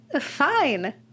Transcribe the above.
fine